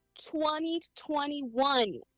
2021